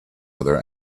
other